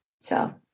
So-